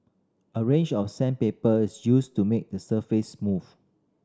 a range of sandpaper is used to make the surface smooth